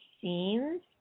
scenes